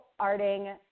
arting